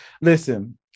listen